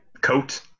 coat